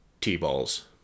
t-balls